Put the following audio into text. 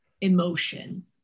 emotion